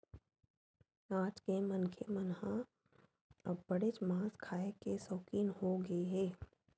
आज के मनखे मन ह अब्बड़ेच मांस खाए के सउकिन होगे हे